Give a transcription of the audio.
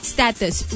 Status